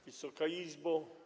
Wysoka Izbo!